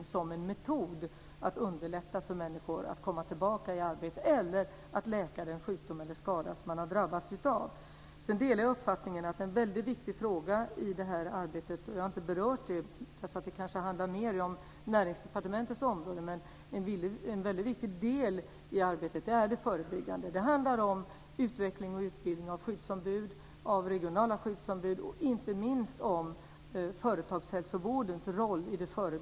Är det en metod för att underlätta för människor att komma tillbaka i arbete, eller vill man med sjukskrivningen se till att sjukdomar eller skador som människor har drabbats av läks? Jag delar uppfattningen att det förebyggande arbetet är väldigt viktigt. Jag har inte berört det, för det är kanske mer Näringsdepartementets område. Det handlar om utveckling och utbildning av regionala skyddsombud och inte minst om företagshälsovårdens roll.